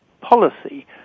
policy